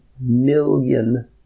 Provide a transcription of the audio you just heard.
million